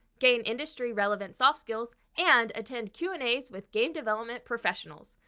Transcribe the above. game industry relevant soft skills, and attend q and as with game development professionals.